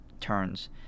turns